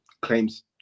claims